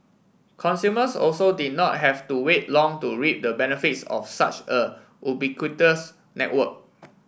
consumers also did not have to wait long to reap the benefits of such a ubiquitous network